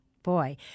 Boy